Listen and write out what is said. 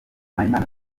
mpayimana